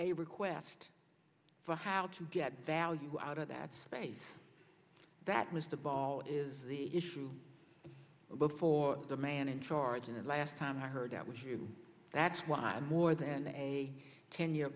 a request for how to get value out of that space that was the ball is the issue before the man in charge and last time i heard that with you that's why more than a ten year